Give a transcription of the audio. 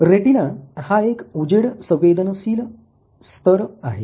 retina हा एक उजेड संवेदनशील स्थर आहे